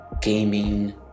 gaming